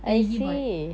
playing keyboard